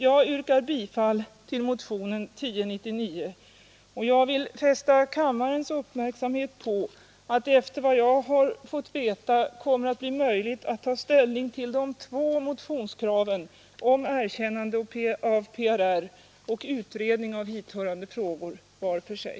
Jag yrkar bifall till motionen 1099, och jag vill fästa kammarens uppmärksamhet på att efter vad jag har fått veta kommer det att bli möjligt att ta ställning till de två motionskraven om erkännande av PRR och utredande av hithörande frågor var för sig.